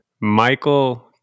Michael